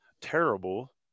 terrible